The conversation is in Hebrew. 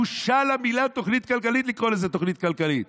בושה למילים "תוכנית כלכלית" לקרוא לזה תוכנית כלכלית.